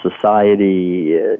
society